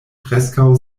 preskaŭ